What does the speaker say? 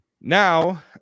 now